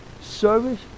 service